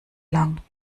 lang